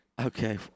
Okay